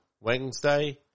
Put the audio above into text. Wednesday